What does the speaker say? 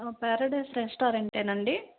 Paradise రెస్టారెంటేనా అండి